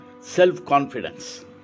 self-confidence